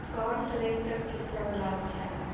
कौन ट्रैक्टर किसान ला आछा है?